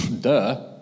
duh